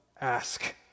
ask